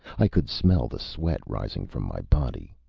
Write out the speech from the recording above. i could smell the sweat rising from my body.